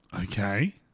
Okay